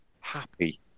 happy